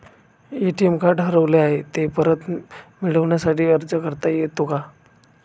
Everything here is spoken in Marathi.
ए.टी.एम कार्ड हरवले आहे, ते परत मिळण्यासाठी अर्ज करता येतो का?